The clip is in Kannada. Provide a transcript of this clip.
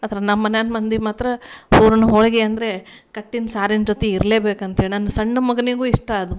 ಆದ್ರ ನಮ್ಮನ್ಯಾನ ಮಂದಿ ಮಾತ್ರ ಹೂರ್ಣ ಹೋಳ್ಗೆ ಅಂದರೆ ಕಟ್ಟಿನ ಸಾರಿನ ಜೊತೆ ಇರಲೇಬೇಕಂಥೇಳಿ ನನ್ನ ಸಣ್ಣ ಮಗನಿಗೂ ಇಷ್ಟ ಅದು